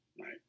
Right